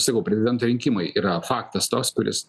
sakau prezidento rinkimai yra faktas tas kuris